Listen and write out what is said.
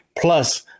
plus